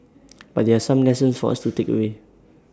but there are some lessons for us to takeaway